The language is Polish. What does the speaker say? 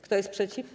Kto jest przeciw?